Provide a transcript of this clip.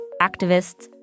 activists